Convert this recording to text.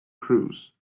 crews